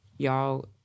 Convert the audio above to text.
y'all